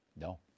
No